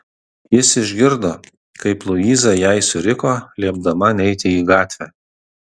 jis išgirdo kaip luiza jai suriko liepdama neiti į gatvę